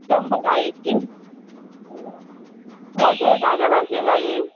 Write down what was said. शंबरा एक कील मोटे जाय का बारकी जायी